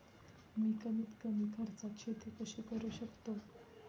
मी कमीत कमी खर्चात शेती कशी करू शकतो?